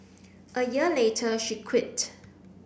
a year later she quit